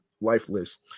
lifeless